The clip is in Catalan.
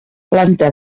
planta